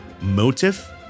motive